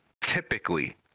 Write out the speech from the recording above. typically